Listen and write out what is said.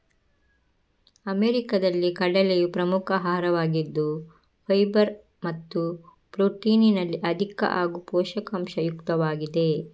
ಅಮೆರಿಕಾದಲ್ಲಿ ಕಡಲೆಯು ಪ್ರಮುಖ ಆಹಾರವಾಗಿದ್ದು ಫೈಬರ್ ಮತ್ತು ಪ್ರೊಟೀನಿನಲ್ಲಿ ಅಧಿಕ ಹಾಗೂ ಪೋಷಕಾಂಶ ಯುಕ್ತವಾಗಿದೆ